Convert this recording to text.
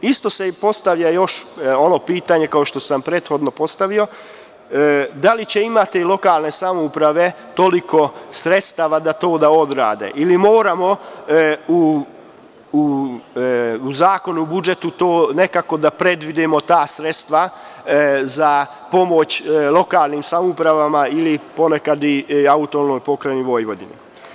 Isto se i postavlja još ono pitanje kao što sam prethodno postavio – da li će imati lokalne samouprave toliko sredstava da to obrade ili moramo u Zakonu o budžetu nekako da predvidimo ta sredstva za pomoć lokalnim samoupravama ili ponekad i AP Vojvodini?